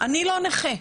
אני לא נכה.